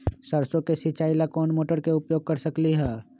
सरसों के सिचाई ला कोंन मोटर के उपयोग कर सकली ह?